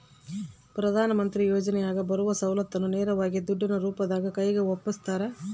ಪ್ರಧಾನ ಮಂತ್ರಿ ಯೋಜನೆಯಾಗ ಬರುವ ಸೌಲತ್ತನ್ನ ನೇರವಾಗಿ ದುಡ್ಡಿನ ರೂಪದಾಗ ಕೈಗೆ ಒಪ್ಪಿಸ್ತಾರ?